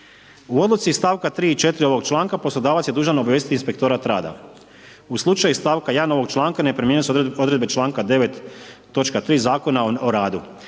U odluci iz stavka 3. i 4. ovog članka poslodavac je dužan obavijestiti inspektorat rada. U slučaju iz stavka 1. ovog članka ne primjenjuju se odredbe članka 9. točka 3. Zakona o radu.